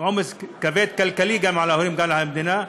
ועומס כלכלי כבד על ההורים ועל המדינה,